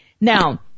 Now